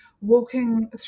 walking